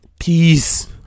Peace